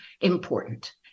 important